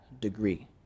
degree